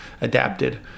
adapted